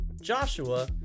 Joshua